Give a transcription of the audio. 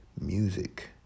music